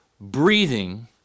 breathing